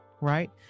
Right